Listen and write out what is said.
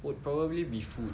would probably be food